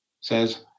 says